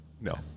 No